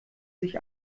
sich